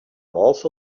also